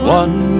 one